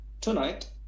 tonight